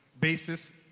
basis